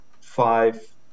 five